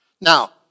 Now